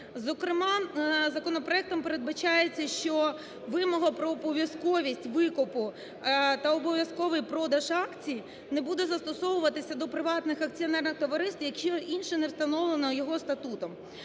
Зокрема, законопроектом передбачається, що вимога про обов'язковість викупу та обов'язковий продаж акцій не буде застосовуватися до приватних акціонерних товариств, якщо інше не встановлено його статутом.